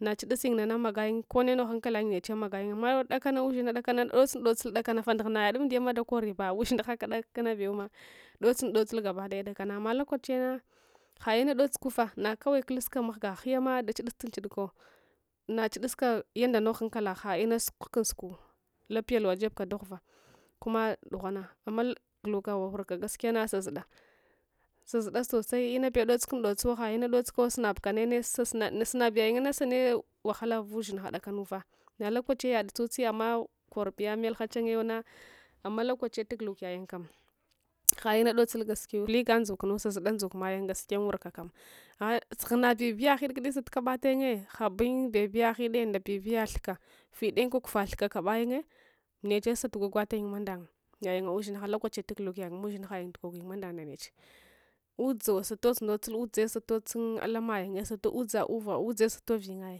Nachudus yun nano magayun konnenogh hankalayun ndeche magayunamma jakana ushinha dakanadotsun dotsul dakanafah ndaghannyad amdiyama dakori baushin hakudakana bewma dousun dorsulga ba daya kudakana amma lokachinys haina dotsukufa nakawaikuluska mahga ghuyams dachudus kun chuáko nachuduska yan dqnoghu ghankalaha hqina sukukaunsukuw lapya luwa jebka daghuva kuma dughuwanga amma gulua wurka gaskiyana sazuda sazuda sosai inape dotsuksun dolsuwe haina dol sukausunabukane ne sunabuyayunna sane wahala va ushinhakudakanufa na lokachiya yad dsotseyams korbiya melha chanwung amma lokachiya taguluk yayun kam haiina dotsul gaskiiya bulega ndzuka sazuda ndzuks mayun gaskiys unwurka kam hang sahana bebiya ghidde saka bata yungye habungye bebiya ghidde nda bebiys thuka fidayun kwakufa thuka kabayungye nechesatu gwagwal ayun mandang yayunushinha lokachiya taguluk yayung mushinhayun tugogyun mandangndaneche udzo satosun ndosuludzu satosun alamayun satu udzauva udzt satovuyun ai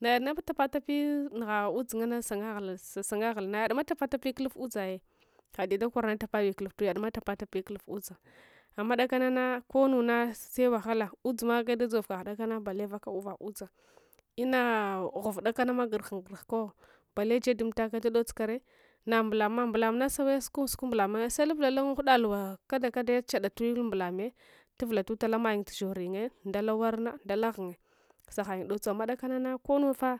nayadma tapa tapi nughc udzon ganne sanga ghul sasungaghuna yadma tapstapi kuluftudza ai hayi dakoruna tapapi kuluftu tapatapi kuluf udza amma dakanana konuna sewahala udzma ageda dzovka kudakana bale vaka uva udza ina ghuv dakanama gurhun gurhuko bale jebdun umtake da dot sukare nambulamma mbulamna sawe sukun suk mbulame selubulal dun huda luwa kadekade chadatun mbulame tuvulaluta lamayun shonyungye ndala warna ndale ghunye sahayun dot suwo amma dakanana konufa